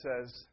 says